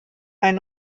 ein